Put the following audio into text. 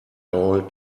all